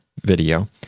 video